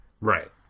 Right